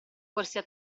corsia